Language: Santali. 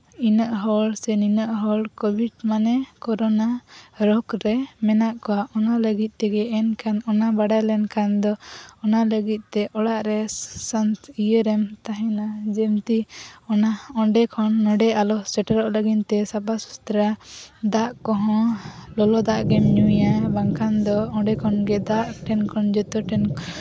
ᱤᱱᱟᱹᱜ ᱦᱚᱲ ᱥᱮ ᱱᱤᱱᱟᱹᱜ ᱦᱚᱲ ᱠᱚ ᱠᱳᱵᱷᱤᱰ ᱢᱟᱱᱮ ᱠᱚᱨᱳᱱᱟ ᱨᱳᱜᱽ ᱨᱮ ᱢᱮᱱᱟᱜ ᱠᱚᱣᱟ ᱚᱱᱟ ᱞᱟᱹᱜᱤᱫ ᱛᱮᱜᱮ ᱮᱱᱠᱷᱟᱱ ᱚᱱᱟ ᱵᱟᱲᱟᱭ ᱞᱮᱱᱠᱷᱟᱱ ᱫᱚ ᱚᱱᱟ ᱞᱟᱹᱜᱤᱫ ᱛᱮ ᱚᱲᱟᱜ ᱨᱮ ᱤᱭᱟᱹ ᱨᱮᱢ ᱛᱟᱦᱮᱱᱟ ᱡᱮᱢᱛᱤ ᱚᱱᱟ ᱚᱸᱰᱮ ᱠᱷᱚᱱ ᱱᱚᱰᱮ ᱟᱞᱚ ᱥᱮᱴᱮᱨᱚᱜ ᱞᱟᱹᱜᱤᱫ ᱛᱮ ᱥᱟᱯᱟ ᱥᱩᱛᱨᱟᱹ ᱫᱟᱜ ᱠᱚᱦᱚᱸ ᱞᱚᱞᱚ ᱫᱟᱜ ᱜᱮᱢ ᱧᱩᱭᱟ ᱵᱟᱝᱠᱷᱟᱱ ᱫᱚ ᱚᱸᱰᱮ ᱠᱷᱚᱱ ᱜᱮ ᱫᱟᱜ ᱴᱷᱮᱱ ᱠᱷᱚᱱ ᱡᱚᱛᱚ ᱴᱷᱮᱱ